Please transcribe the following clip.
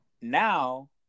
Now